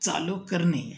चालू करणे